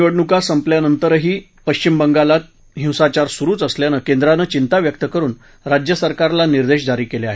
निवडणूका संपल्यानंतरही पश्चिम बंगालात हिंसाचार स्रुच असल्यानं केंद्रानं चिंता व्यक्त करुन राज्य सरकारला निर्देश जारी केले आहेत